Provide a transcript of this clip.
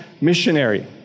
missionary